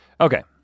Okay